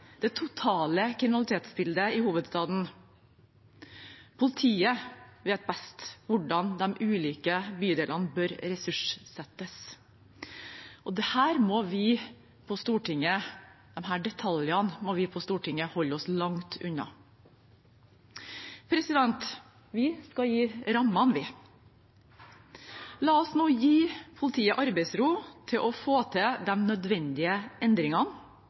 det totale kriminalitetsbildet i hovedstaden? Politiet vet best hvordan de ulike bydelene bør ressurssettes, og disse detaljene må vi på Stortinget holde oss langt unna. Vi skal gi rammene. La oss nå gi politiet arbeidsro til å få til de nødvendige endringene.